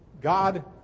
God